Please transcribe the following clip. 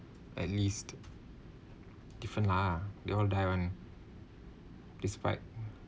at least different lah they all die [one] despite